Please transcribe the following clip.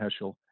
Heschel